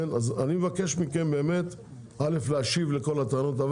אז אני מבקש מכם להשיב לכל הטענות,